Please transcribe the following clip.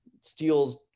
steals